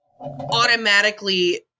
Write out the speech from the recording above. automatically